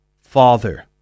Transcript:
Father